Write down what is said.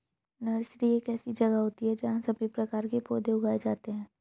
nursery एक ऐसी जगह होती है जहां सभी प्रकार के पौधे उगाए जाते हैं